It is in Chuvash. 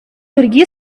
пирки